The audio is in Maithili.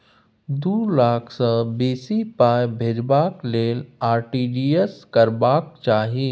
दु लाख सँ बेसी पाइ भेजबाक लेल आर.टी.जी एस करबाक चाही